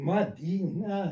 Madina